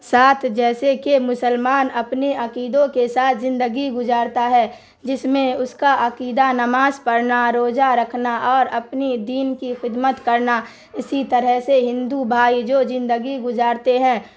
ساتھ جیسے کہ مسلمان اپنے عقیدوں کے ساتھ زندگی گزارتا ہے جس میں اس کا عقیدہ نماز پڑھنا روزہ رکھنا اور اپنی دین کی خدمت کرنا اسی طرح سے ہندو بھائی جو زندگی گزارتے ہیں